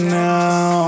now